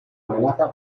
amenaza